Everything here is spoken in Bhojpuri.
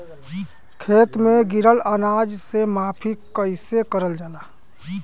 खेत में गिरल अनाज के माफ़ी कईसे करल जाला?